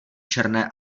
černé